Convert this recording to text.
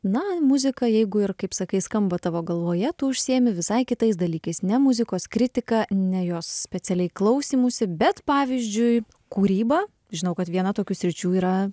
na muzika jeigu ir kaip sakai skamba tavo galvoje tu užsiimi visai kitais dalykais ne muzikos kritika ne jos specialiai klausymusi bet pavyzdžiui kūryba žinau kad viena tokių sričių yra